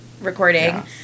recording